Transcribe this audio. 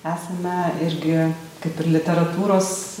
esame irgi kaip ir literatūros